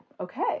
okay